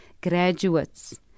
graduates